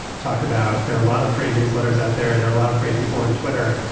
talk about there are a lot of great newsletters out there. there are a lot of great people on twitter.